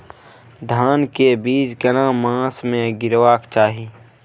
धान के बीज केना मास में गीरावक चाही?